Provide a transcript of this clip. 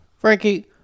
Frankie